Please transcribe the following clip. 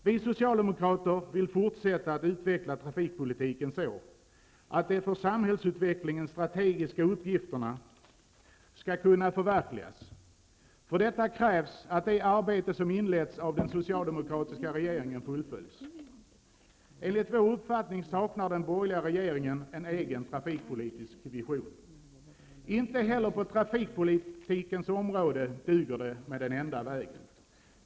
Vi socialdemokrater vill forsätta att utveckla trafikpolitiken så, att de för samhällsutvecklingen strategiska uppgifterna skall kunna förverkligas. För detta krävs att det arbete som har inletts av den socialdemokratiska regeringen fullföljs. Enligt vår uppfattning saknar den borgerliga regeringen en egen trafikpolitisk vision. Inte heller på trafikpolitikens område duger det med den enda vägen.